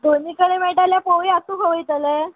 दोनीय कडेन मेळटा जाल्यार पळोवया तूं खंय वयतलें